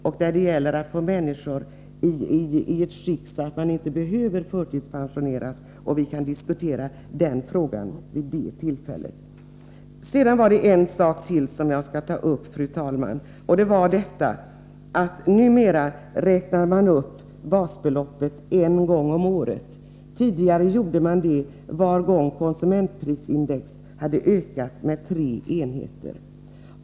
Det gäller där att få människor i ett sådant skick att de inte behöver förtidspensioneras. Vi kan diskutera den frågan när det förslaget kommer. Jag vill, fru talman, ta upp ytterligare en fråga. Numera räknar man upp basbeloppet en gång om året. Tidigare gjorde man det var gång konsumentprisindex hade ökat med tre enheter.